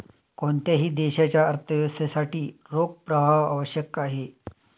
कोणत्याही देशाच्या अर्थव्यवस्थेसाठी रोख प्रवाह आवश्यक आहे